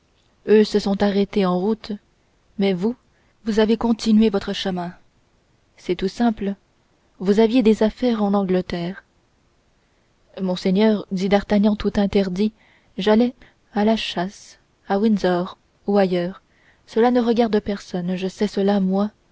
eux se sont arrêtés en route mais vous vous avez continué votre chemin c'est tout simple vous aviez des affaires en angleterre monseigneur dit d'artagnan tout interdit j'allais à la chasse à windsor ou ailleurs cela ne regarde personne je sais cela moi